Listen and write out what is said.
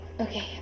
okay